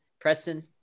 Preston